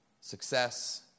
success